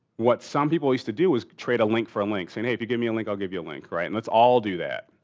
what some people used to do was trade a link for a link. so, and hey, if you give me a link, i'll give you a link, right, and let's all do that.